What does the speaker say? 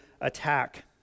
attack